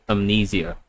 Amnesia